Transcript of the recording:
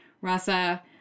Rasa